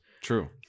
true